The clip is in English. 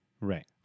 Right